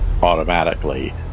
Automatically